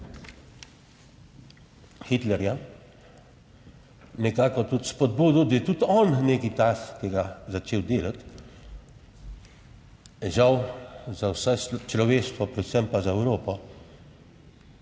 Hitlerja, nekako tudi spodbudil, da je tudi on nekaj takega začel delati, žal za vse človeštvo, predvsem pa za Evropo